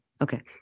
Okay